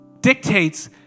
dictates